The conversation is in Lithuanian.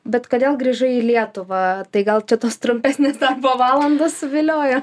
bet kodėl grįžai į lietuvą tai gal čia tas trumpesnės darbo valandos suviliojo